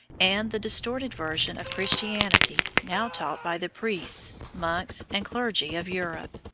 and the distorted version of christianity now taught by the priests, monks, and clergy of europe.